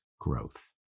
growth